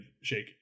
shake